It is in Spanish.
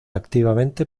activamente